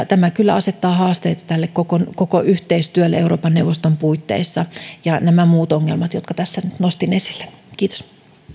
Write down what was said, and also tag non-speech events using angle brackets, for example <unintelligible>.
<unintelligible> tämä kyllä asettaa haasteita koko koko yhteistyölle euroopan neuvoston puitteissa kuten myös nämä muut ongelmat jotka tässä nyt nostin esille kiitos